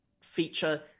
feature